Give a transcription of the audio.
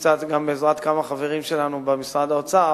וקצת גם בעזרת כמה חברים שלנו במשרד האוצר